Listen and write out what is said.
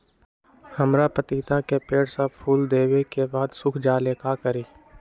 हमरा पतिता के पेड़ सब फुल देबे के बाद सुख जाले का करी?